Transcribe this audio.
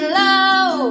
low